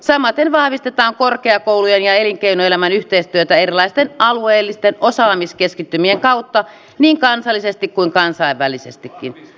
samaten vahvistetaan korkeakoulujen ja elinkeinoelämän yhteistyötä erilaisten alueellisten osaamiskeskittymien kautta niin kansallisesti kuin kansainvälisestikin